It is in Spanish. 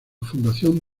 fundación